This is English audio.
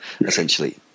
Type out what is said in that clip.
essentially